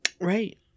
Right